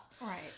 right